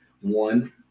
One